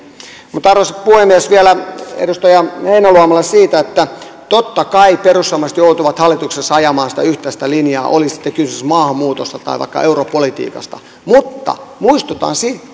mihinkään arvoisa puhemies vielä edustaja heinäluomalle siitä että totta kai perussuomalaiset joutuvat hallituksessa ajamaan sitä yhteistä linjaa oli sitten kysymys maahanmuutosta tai vaikka europolitiikasta mutta muistutan